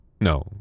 No